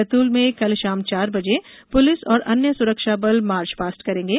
बैतूल में कल शाम चार बजे पुलिस और अन्य सुरक्षा बल मास्क पास्क करेंगे